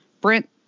Brent